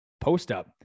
post-up